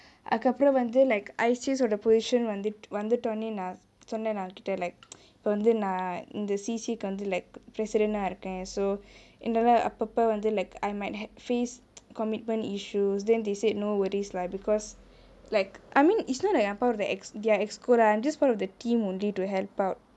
அதுக்கு அப்ரோ வந்து:athuku apro vanthu like I_C_S ஓட:ode position வந்து வந்துட்டோனே நா சொன்ன நா அவகிட்டே:vanthu vanthutone naa sonne naa avakitae like இப்ப வந்து நா:ippe vanthu naa in the C_C_A council like president ஆ இருக்கே:aa irukae so என்னாலே அப்பப்ப வந்து:ennalae appappae vanthu like I might face commitment issues then they said no worries lah because like I mean it's not like I'm part of their executive committee lah I'm just part of the team only to help out